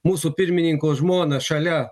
mūsų pirmininko žmoną šalia